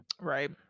right